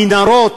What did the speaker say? המנהרות